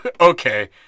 okay